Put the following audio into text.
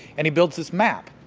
and he built this map,